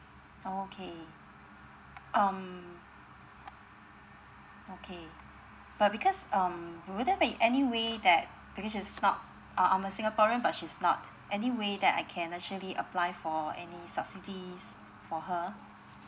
okay um okay but because um will there be any way that because she's not uh I'm a singaporean but she's not any way that I can actually apply for any subsidies for her